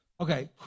Okay